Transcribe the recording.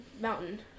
mountain